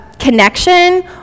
Connection